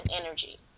energy